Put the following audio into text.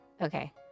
Okay